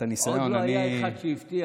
עוד לא היה אחד שהבטיח,